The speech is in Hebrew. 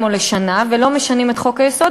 או לשנה ולא משנים את חוק-היסוד,